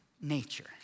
nature